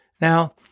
Now